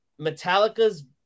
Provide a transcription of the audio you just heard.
metallica's